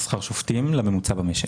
שכר שופטים מוצמד לממוצע במשק.